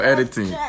Editing